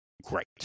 great